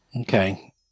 Okay